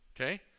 Okay